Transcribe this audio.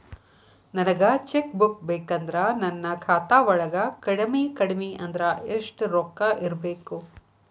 ನನಗ cheque book ಬೇಕಂದ್ರ ನನ್ನ ಖಾತಾ ವಳಗ ಕಡಮಿ ಕಡಮಿ ಅಂದ್ರ ಯೆಷ್ಟ್ ರೊಕ್ಕ ಇರ್ಬೆಕು?